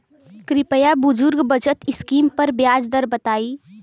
कृपया बुजुर्ग बचत स्किम पर ब्याज दर बताई